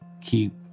keep